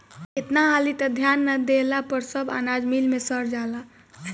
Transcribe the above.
केतना हाली त ध्यान ना देहला पर सब अनाज मिल मे सड़ जाला